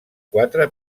quatre